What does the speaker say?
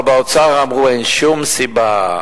אבל באוצר אמרו: אין שום סיבה.